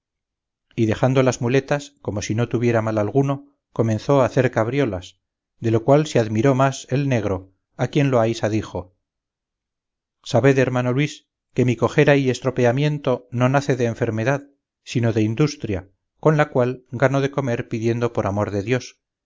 y dejando las muletas como si no tuviera mal alguno comenzó a hacer cabriolas de lo cual se admiró más el negro a quien loaysa dijo sabed hermano luis que mi cojera y estropeamiento no nace de enfermedad sino de industria con la cual gano de comer pidiendo por amor de dios